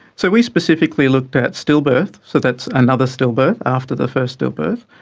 so we specifically looked at stillbirth, so that's another stillbirth after the first stillbirth,